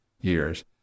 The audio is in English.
years